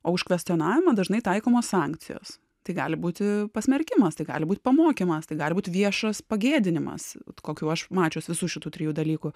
o už kvestionavimą dažnai taikomos sankcijos tai gali būti pasmerkimas tai gali būt pamokymas tai gali būti viešas pagėdinimas kokių aš mačius visų šitų trijų dalykų